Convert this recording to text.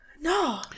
No